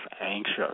anxious